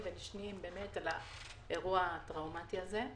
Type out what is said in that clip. האירוע הטראומתי הזה.